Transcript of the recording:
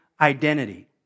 identity